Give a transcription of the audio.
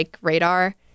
radar